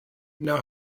now